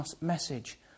message